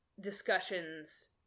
discussions